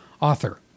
author